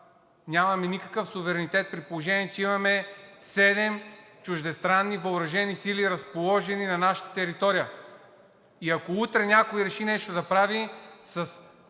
нямаме никакъв суверенитет, при положение че имаме седем чуждестранни въоръжени сили, разположени на нашата територия. Ако утре някой реши нещо да прави с